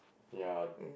ya